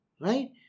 right